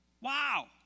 Wow